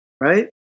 right